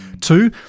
Two